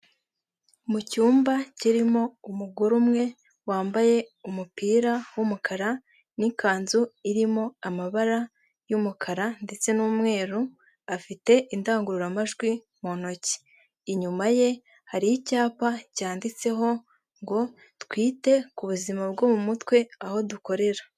Mu cyumba kirimo umugore umwe, wambaye umupira w'umukara n'ikanzu irimo amabara y'umukara ndetse n'umweru, afite indangururamajwi mu ntoki. Inyuma ye hari icyapa cyanditseho ngo twite ku buzima bwo mu mutwe aho dukorera.